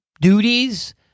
duties